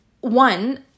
one